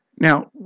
now